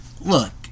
look